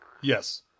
Yes